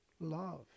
love